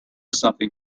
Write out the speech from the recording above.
something